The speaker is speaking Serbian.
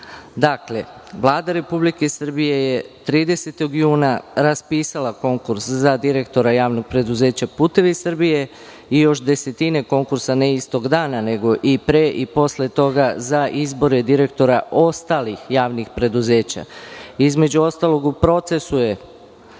Vlada Republike Srbije je 30. juna raspisala konkurs za direktora JP "Putevi Srbije" i još desetine konkursa, ne istog dana, nego i pre i posle tog za izbore direktora ostalih javnih preduzeća. Između ostalog, u procesu je,